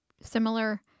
similar